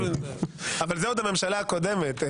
אבל זה עוד הממשלה הקודמת.